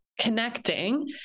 connecting